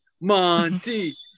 Monty